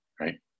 right